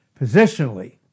positionally